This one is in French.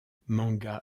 manga